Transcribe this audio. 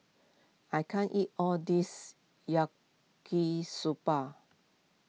I can't eat all this Yaki Soba